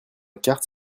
carte